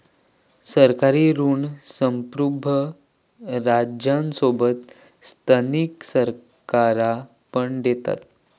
सरकारी ऋण संप्रुभ राज्यांसोबत स्थानिक सरकारा पण देतत